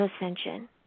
ascension